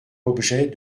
objet